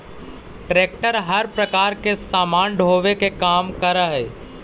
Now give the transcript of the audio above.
tractor हर प्रकार के सामान ढोवे के काम करऽ हई